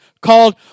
called